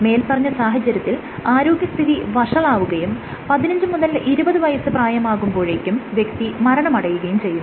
മേല്പറഞ്ഞ സാഹചര്യത്തിൽ ആരോഗ്യസ്ഥിതി വഷളാവുകയും 15 മുതൽ 20 വയസ്സ് പ്രായമാകുമ്പോഴേക്കും വ്യക്തി മരണമടയുകയും ചെയ്യുന്നു